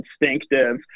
instinctive